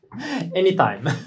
Anytime